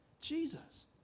Jesus